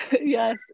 Yes